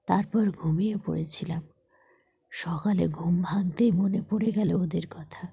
তারপর ঘুমিয়ে পড়েছিলাম সকালে ঘুম ভাঙতেই মনে পড়ে গেল ওদের কথা